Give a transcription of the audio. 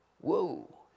Whoa